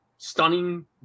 stunning